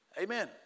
Amen